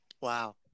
Wow